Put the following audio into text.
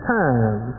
time